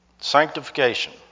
Sanctification